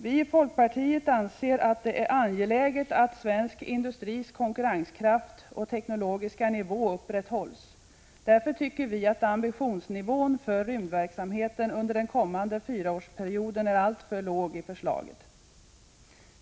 Vi i folkpartiet anser att det är angeläget att svensk industris konkurrenskraft och teknologiska nivå upprätthålls. Därför tycker vi att ambitionsnivån för rymdverksamheten under den kommande fyraårsperioden är alltför låg i förslaget.